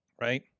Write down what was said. Right